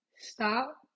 stop